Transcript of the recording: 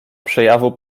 przejawu